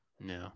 No